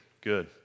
good